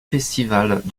festivals